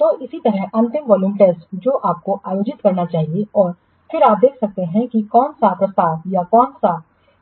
तो इसी तरह अंतिम वॉल्यूम टेस्ट जो आपको आयोजित करना चाहिए और फिर आप देख सकते हैं कि कौन सा प्रस्ताव या कौन सा